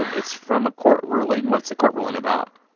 it's from a court ruling. what's the court ruling about?